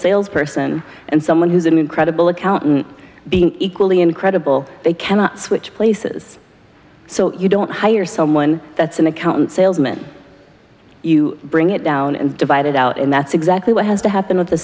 salesperson and someone who's an incredible accountant being equally incredible they can switch places so you don't hire someone that's an accountant salesman you bring it down and divide it out and that's exactly what has to happen with the